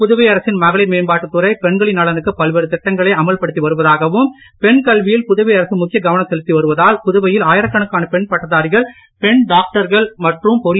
புதுவை அரசின் மகளிர் மேம்பாட்டத்துறை பெண்களின் நலனுக்கு பல்வேறு திட்டங்களை அமல்படுத்தி வருவதாகவும் பெண்கல்வியில் புதுவை அரசு முக்கிய கவனம் செலுத்தி வருவதால் புதுவையில் ஆயிரக்கணக்கான பெண் பட்டதாரிகள் பெண் டாக்டர்கள் மற்றும் பொறியாளர்கள் உருவாகி இருப்பதாகவும் அவர் கூறினார்